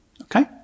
okay